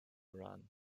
run